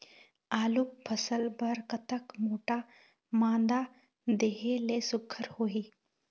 आलू फसल बर कतक मोटा मादा देहे ले सुघ्घर होही?